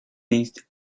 means